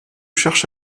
cherche